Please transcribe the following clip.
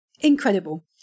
incredible